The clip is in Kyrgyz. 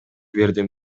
бердим